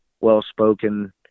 well-spoken